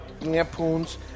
Lampoon's